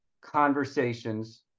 conversations